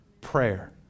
Prayer